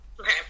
Okay